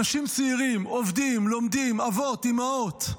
אנשים צעירים עובדים, לומדים, אבות, אימהות,